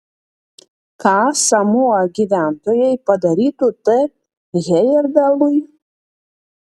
ką samoa gyventojai padarytų t hejerdalui